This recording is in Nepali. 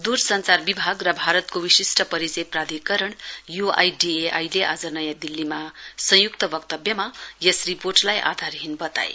द्र संचार विभाग र भारतको विशिष्ट परिचय प्राधिकरण यूआईडीएआईले आज नयाँ दिल्लीमा संय्क्त वक्तव्यमा यस रिपोर्टलाई आधारहीन वताए